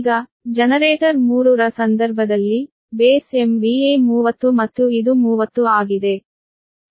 ಈಗ ಜನರೇಟರ್ 3 ರ ಸಂದರ್ಭದಲ್ಲಿ ಬೇಸ್ MVA 30 ಮತ್ತು ಇದು 30 ಆಗಿದೆ